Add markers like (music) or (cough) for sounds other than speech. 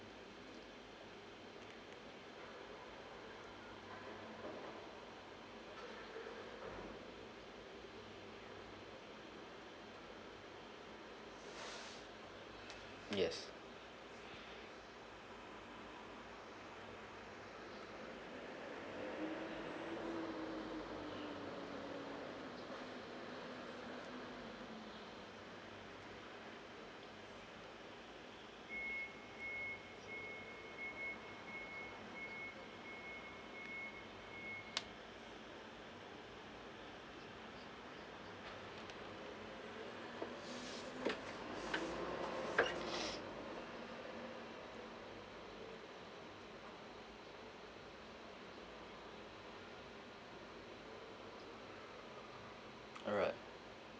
yes (noise) (noise) alright